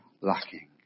lacking